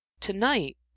To-night